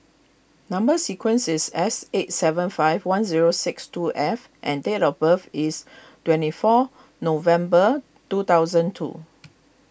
Number Sequence is S eight seven five one zero six two F and date of birth is twenty four November two thousand two